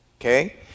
Okay